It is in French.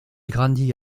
grandit